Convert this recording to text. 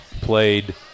played